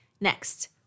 Next